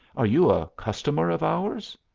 are you a customer of ours?